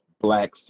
black